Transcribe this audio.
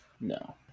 No